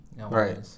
Right